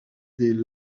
des